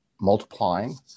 multiplying